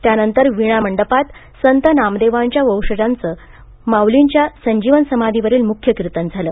त्यानंतर वीणा मंडपात संत नामदेवांच्या वंशजांचे माउलींच्या संजीवन समाधीवरील मुख्य कीर्तन झाले